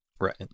Right